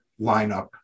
lineup